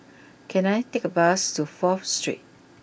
can I take a bus to fourth Street